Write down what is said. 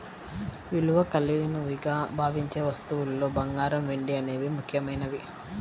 విలువ కలిగినవిగా భావించే వస్తువుల్లో బంగారం, వెండి అనేవి ముఖ్యమైనవి